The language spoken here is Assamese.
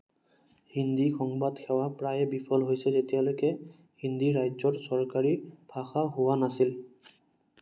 হিন্দী সংবাদসেৱা প্ৰায়ে বিফল হৈছিল যেতিয়ালৈকে হিন্দী ৰাজ্যৰ চৰকাৰী ভাষা হোৱা নাছিল